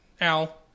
Al